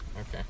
Okay